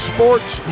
Sports